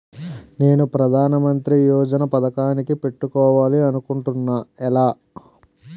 నేను ప్రధానమంత్రి యోజన పథకానికి పెట్టుకోవాలి అనుకుంటున్నా ఎలా?